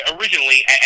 originally